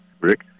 Rick